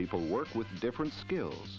people work with different skills